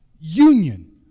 union